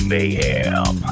Mayhem